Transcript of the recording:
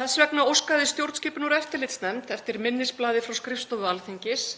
Þess vegna óskaði stjórnskipunar- og eftirlitsnefnd eftir minnisblaði frá skrifstofu Alþingis